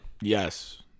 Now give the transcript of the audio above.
Yes